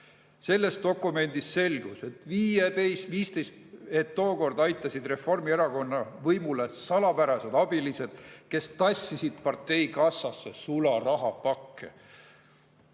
Sellest dokumendist selgus, et tookord aitasid Reformierakonna võimule salapärased abilised, kes tassisid parteikassasse sularahapakke.